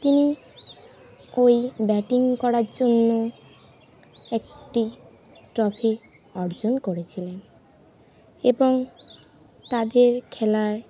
তিনি ওই ব্যাটিং করার জন্য একটি ট্রফি অর্জন করেছিলেন এবং তাদের খেলায়